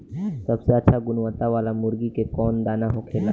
सबसे अच्छा गुणवत्ता वाला मुर्गी के कौन दाना होखेला?